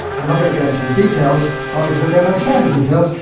i'm not going to go into the details, partly because i don't understand the details,